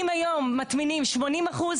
אם היום מטמינים 80%,